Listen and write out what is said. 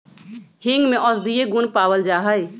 हींग में औषधीय गुण पावल जाहई